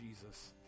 Jesus